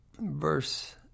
verse